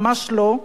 ממש לא,